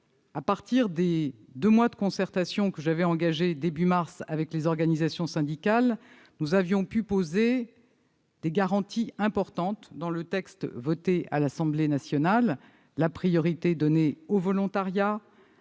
À partir des deux mois de concertation que j'avais engagés au début du mois de mars avec les organisations syndicales, nous avions pu inscrire des garanties importantes dans le texte voté par l'Assemblée nationale : la priorité donnée au volontariat,